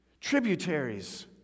tributaries